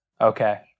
Okay